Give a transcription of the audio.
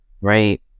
Right